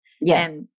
Yes